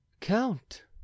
Count